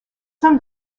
some